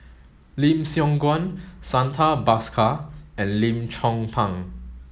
Lim Siong Guan Santha Bhaskar and Lim Chong Pang